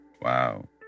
wow